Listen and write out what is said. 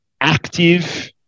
active